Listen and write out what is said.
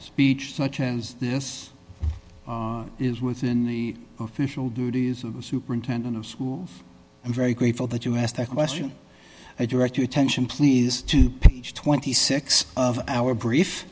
speech such as this is within the official duties of the superintendent of schools i'm very grateful that you asked that question i direct your attention please to page twenty six of our brief